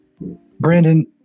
Brandon